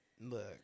Look